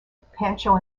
pancho